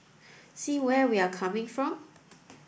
see where we're coming from